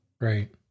Right